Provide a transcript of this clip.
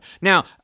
Now